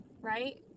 right